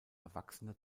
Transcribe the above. erwachsene